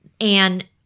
and-